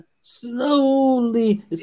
Slowly